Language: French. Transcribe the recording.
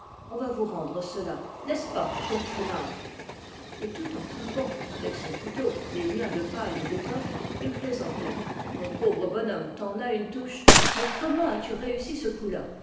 on va vous rendre cela n'est-ce pas père traînard et tout en coupant avec son couteau les liens de paille et d'étoffe il plaisantait mon pauvre bonhomme t'en as une touche mais comment as-tu réussi ce coup-là